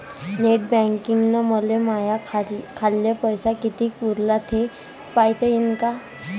Net बँकिंगनं मले माह्या खाल्ल पैसा कितीक उरला थे पायता यीन काय?